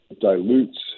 dilutes